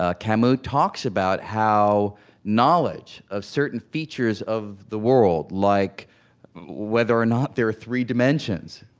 ah camus talks about how knowledge of certain features of the world, like whether or not there are three dimensions.